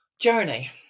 journey